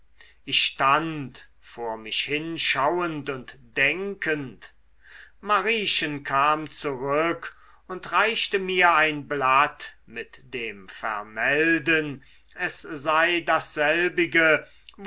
ich stand vor mich hinschauend und denkend mariechen kam zurück und reichte mir ein blatt mit dem vermelden es sei dasselbige